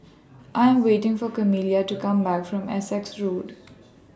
I Am waiting For Camila to Come Back from Essex Road